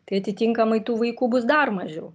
tai atitinkamai tų vaikų bus dar mažiau